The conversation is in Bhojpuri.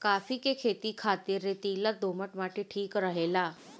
काफी के खेती खातिर रेतीला दोमट माटी ठीक रहेला